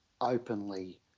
openly